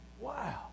Wow